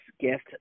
gift